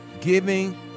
giving